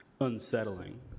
unsettling